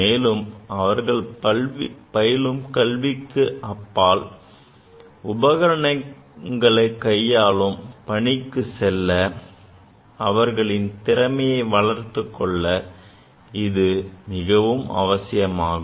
மேலும் அவர்கள் பயிலும் கல்விக்கு அப்பால் உபகரணங்களை கையாளும் பணிகளுக்கு செல்ல அவர்களின் திறனை வளர்த்துக் கொள்ள இது மிகவும் அவசியமாகும்